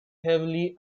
heavily